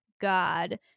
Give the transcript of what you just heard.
God